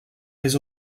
les